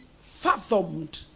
fathomed